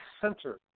center